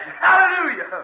Hallelujah